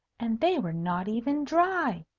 and they were not even dry,